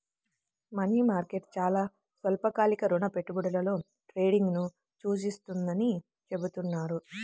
money market చాలా స్వల్పకాలిక రుణ పెట్టుబడులలో ట్రేడింగ్ను సూచిస్తుందని చెబుతున్నారు